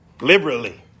liberally